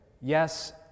yes